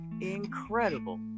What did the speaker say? incredible